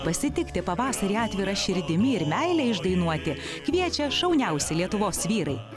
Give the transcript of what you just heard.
pasitikti pavasarį atvira širdimi ir meilę išdainuoti kviečia šauniausi lietuvos vyrai